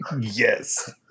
yes